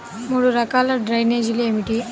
మూడు రకాల డ్రైనేజీలు ఏమిటి?